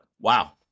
Wow